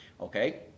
okay